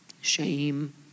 Shame